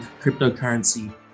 cryptocurrency